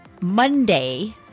Monday